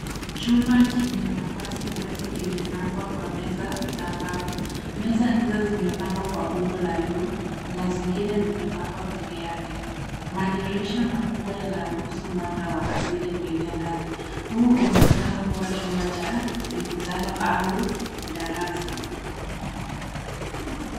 Chumba chenye nafasi wazi kimepangwa kwa meza za mbao. Meza hizo zimepangwa kwa umbo la U na zingine zimepangwa peke yake. Madirisha makubwa yanaruhusu mwanga wa asili kuingia ndani. Huu unaonekana kuwa chumba cha mikutano au darasa.